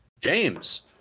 James